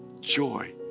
joy